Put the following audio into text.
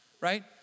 right